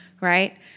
Right